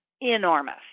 enormous